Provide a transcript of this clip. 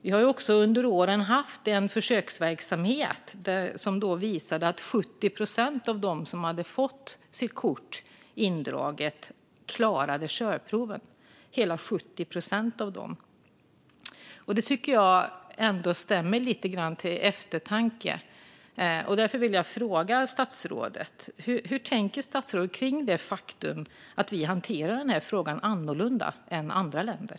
Vi har ju också under åren haft en försöksverksamhet som visade att 70 procent av dem som hade fått sitt kort indraget klarade körproven - hela 70 procent. Det tycker jag ändå stämmer lite grann till eftertanke, och därför vill jag fråga statsrådet hur han tänker kring det faktum att vi hanterar den här frågan annorlunda än andra länder.